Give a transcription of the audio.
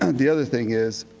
and the other thing is,